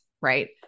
right